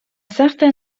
certain